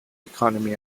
economy